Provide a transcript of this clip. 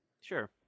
sure